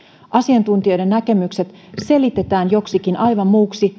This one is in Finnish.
asiantuntijoiden näkemykset selitetään joksikin aivan muuksi